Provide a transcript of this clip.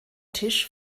tisch